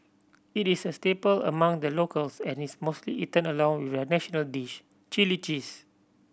it is a staple among the locals and is mostly eaten along with their national dish chilli cheese